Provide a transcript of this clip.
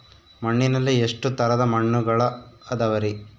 ಮಣ್ಣಿನಲ್ಲಿ ಎಷ್ಟು ತರದ ಮಣ್ಣುಗಳ ಅದವರಿ?